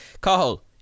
Call